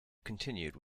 continued